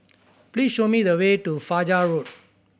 please show me the way to Fajar Road